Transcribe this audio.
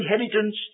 inheritance